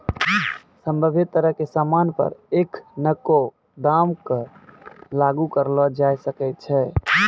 सभ्भे तरह के सामान पर एखनको दाम क लागू करलो जाय सकै छै